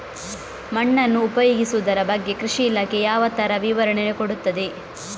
ಮಣ್ಣನ್ನು ಉಪಯೋಗಿಸುದರ ಬಗ್ಗೆ ಕೃಷಿ ಇಲಾಖೆ ಯಾವ ತರ ವಿವರಣೆ ಕೊಡುತ್ತದೆ?